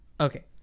Okay